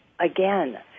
again